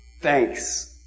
Thanks